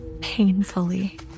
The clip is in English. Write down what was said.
painfully